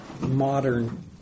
modern